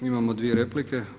Imamo dvije replike.